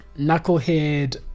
Knucklehead